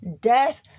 Death